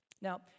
Now